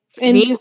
and-